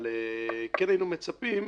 אבל כן היינו מצפים,